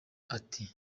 ati